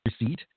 receipt